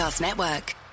Network